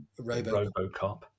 Robocop